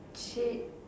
shit